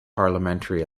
parliamentary